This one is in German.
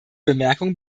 bemerkung